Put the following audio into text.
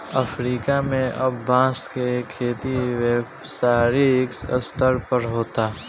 Africa में अब बांस के खेती व्यावसायिक स्तर पर होता